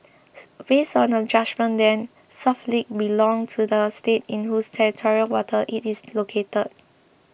based on the judgement then South Ledge belonged to the state in whose territorial waters it is located